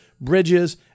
bridges